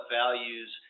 values